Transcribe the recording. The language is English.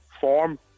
form